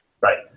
Right